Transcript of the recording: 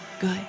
good